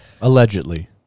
Allegedly